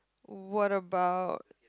what about